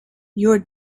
your